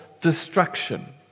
destruction